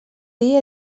dia